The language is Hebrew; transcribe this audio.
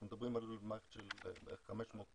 אנחנו מדברים על מערכת של 500 טון.